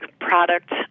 product